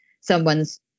someone's